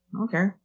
okay